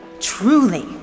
Truly